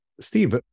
Steve